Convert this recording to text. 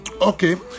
Okay